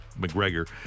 McGregor